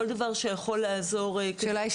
כל דבר שיכול לעזור --- השאלה שלי